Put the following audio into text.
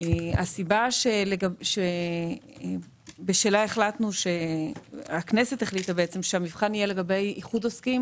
הסיבה שבשלה הכנסת החליטה שהמבחן יהיה לגבי איחוד עוסקים